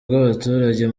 bw’abaturage